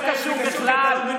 זה לא קשור בכלל.